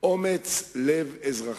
אומץ-לב אזרחי.